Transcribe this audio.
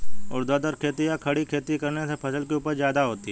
ऊर्ध्वाधर खेती या खड़ी खेती करने से फसल की उपज ज्यादा होती है